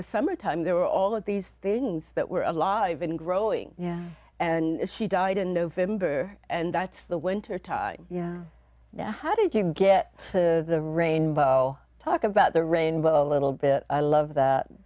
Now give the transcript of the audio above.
the summertime there were all of these things that were alive and growing and she died in november and that's the wintertime yeah yeah how did you get the rainbow talk about the rainbow a little bit i love that